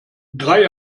drei